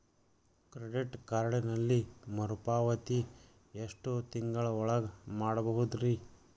Credit ಕಾರ್ಡಿನಲ್ಲಿ ಮರುಪಾವತಿ ಎಷ್ಟು ತಿಂಗಳ ಒಳಗ ಮಾಡಬಹುದ್ರಿ?